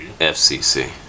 fcc